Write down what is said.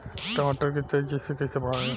टमाटर के तेजी से कइसे बढ़ाई?